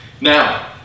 Now